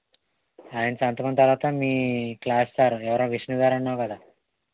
ఆయన సంతకం తరువాత మీ క్లాస్ సార్ ఎవరు విష్ణూగారు అన్నావు కదా